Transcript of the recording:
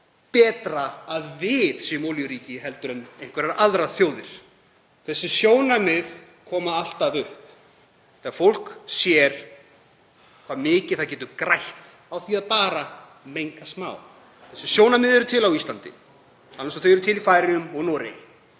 betra að við séum olíuríki en einhverjar aðrar þjóðir. Þau sjónarmið koma alltaf upp þegar fólk sér hve mikið það getur grætt á því að menga bara smá. Þessi sjónarmið eru til á Íslandi alveg eins og þau eru til í Færeyjum og Noregi.